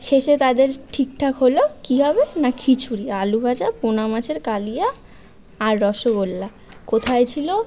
শেষে তাদের ঠিকঠাক হলো কী হবে না খিচুড়ি আলুভাজা পোনা মাছের কালিয়া আর রসগোল্লা কোথায় ছিল